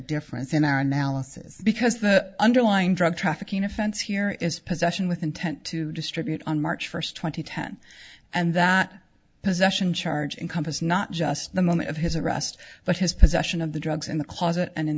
difference in our analysis because the underlying drug trafficking offense here is possession with intent to distribute on march first twenty ten and that possession charge encompasses not just the moment of his arrest but his possession of the drugs in the closet and in